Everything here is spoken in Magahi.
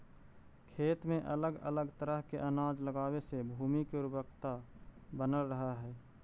खेत में अलग अलग तरह के अनाज लगावे से भूमि के उर्वरकता बनल रहऽ हइ